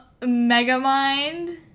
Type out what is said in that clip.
Megamind